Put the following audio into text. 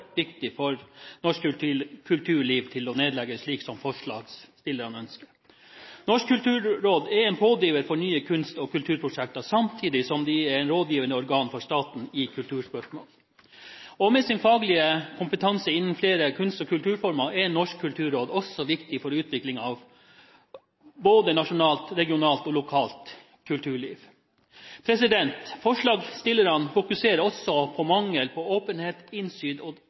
viktig for norsk kulturliv til å nedlegges, slik som forslagsstillerne ønsker. Norsk kulturråd er en pådriver for nye kunst- og kulturprosjekter, samtidig som det er et rådgivende organ for staten i kulturspørsmål. Med sin faglige kompetanse innen flere kunst- og kulturformer er Norsk kulturråd også viktig for utviklingen av både nasjonalt, regionalt og lokalt kulturliv. Forslagsstillerne fokuserer også på mangel på åpenhet, innsyn og